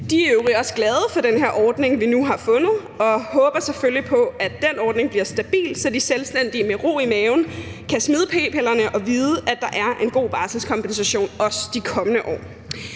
De er i øvrigt også glade for den her ordning, vi nu har fundet, og håber selvfølgelig på, at den ordning bliver stabil, så de selvstændige med ro i maven kan smide p-pillerne og vide, at der er en god barselskompensation også de kommende år.